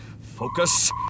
Focus